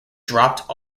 dropped